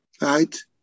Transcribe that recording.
right